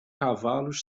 cavalos